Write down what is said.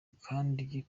kandi